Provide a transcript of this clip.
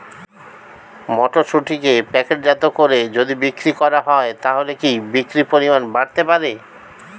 মটরশুটিকে প্যাকেটজাত করে যদি বিক্রি করা হয় তাহলে কি বিক্রি পরিমাণ বাড়তে পারে?